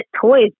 toys